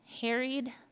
harried